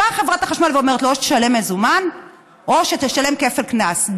באה חברת החשמל ואומרת לו: או שתשלם במזומן או שתשלם כפל קנס,